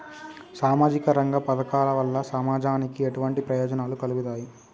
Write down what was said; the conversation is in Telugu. సామాజిక రంగ పథకాల వల్ల సమాజానికి ఎటువంటి ప్రయోజనాలు కలుగుతాయి?